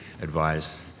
advise